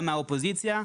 גם מהאופוזיציה,